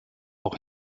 auch